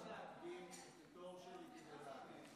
אני מבקש להקדים את התור שלי כדי לענות לה.